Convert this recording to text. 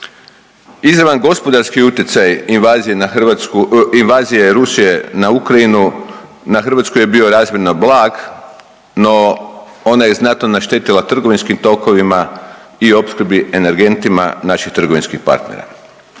na Hrvatsku, invazije Rusije na Ukrajinu, na Hrvatsku je bio razmjerno blag, no ona je znatno naštetila trgovinskim tokovima i opskrbi energentima naših trgovinskih partnera.